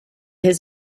his